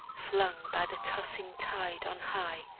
flung by the tossing tide on high,